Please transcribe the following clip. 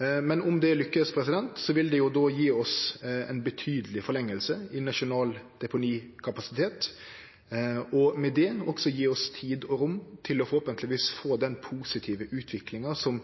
Om ein lykkast med det, vil det gje oss ei betydeleg forlenging i nasjonal deponikapasitet, og med det også gje oss tid og rom til forhåpentlegvis å få den positive utviklinga som